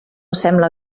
sembla